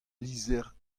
lizher